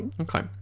okay